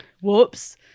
Whoops